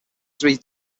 three